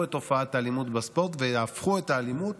את תופעת האלימות בספורט ויהפכו את האלימות